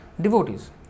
Devotees